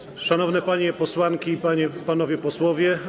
Szanowne Panie Posłanki i Panowie Posłowie!